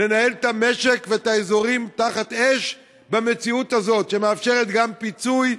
לנהל את המשק ואת האזורים תחת אש במציאות הזאת: היא מאפשרת גם פיצוי,